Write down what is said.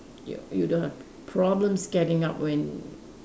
you you don't have problems getting up when